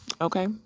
Okay